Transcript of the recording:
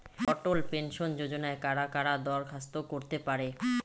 অটল pension যোজনায় কারা কারা দরখাস্ত করতে পারে?